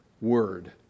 word